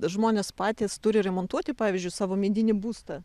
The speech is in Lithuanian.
žmonės patys turi remontuoti pavyzdžiui savo medinį būstą